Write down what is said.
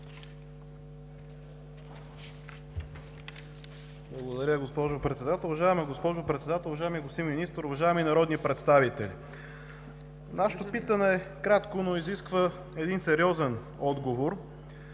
Уважаема госпожо Председател, уважаеми господин Министър, уважаеми народни представители! Нашето питане е кратко, но изисква един сериозен отговор.